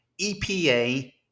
EPA